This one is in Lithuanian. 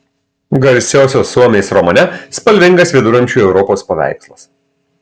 garsiosios suomės romane spalvingas viduramžių europos paveikslas